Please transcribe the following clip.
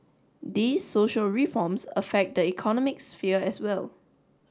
these social reforms affect the economic sphere as well